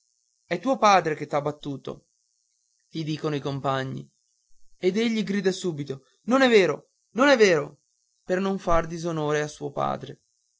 è tuo padre che t'ha battuto gli dicono i compagni ed egli grida subito non è vero non è vero per non far disonore a suo padre